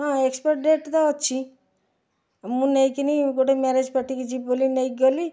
ହଁ expiry date ତ ଅଛି ମୁଁ ନେଇକିନି ଗୋଟେ ମ୍ୟାରେଜ୍ ପାର୍ଟିକି ଯିବି ବୋଲି ନେଇକି ଗଲି